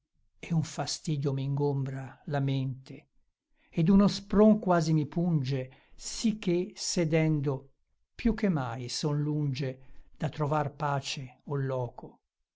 e un fastidio m'ingombra la mente ed uno spron quasi mi punge sì che sedendo più che mai son lunge da trovar pace o loco